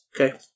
Okay